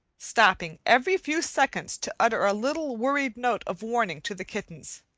stopping every few seconds to utter a little worried note of warning to the kittens.